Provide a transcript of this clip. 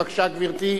בבקשה, גברתי.